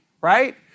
right